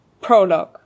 Prologue